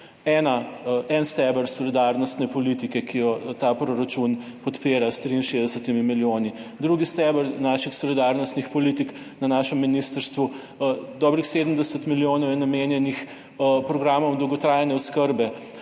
en steber solidarnostne politike, ki jo ta proračun podpira s 63 milijoni. Drugi steber naših solidarnostnih politik na našem ministrstvu – dobrih 70 milijonov je namenjenih programom dolgotrajne oskrbe.